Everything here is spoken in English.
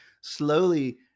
slowly